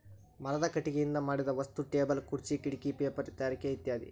ಮರದ ಕಟಗಿಯಿಂದ ಮಾಡಿದ ವಸ್ತು ಟೇಬಲ್ ಖುರ್ಚೆ ಕಿಡಕಿ ಪೇಪರ ತಯಾರಿಕೆ ಇತ್ಯಾದಿ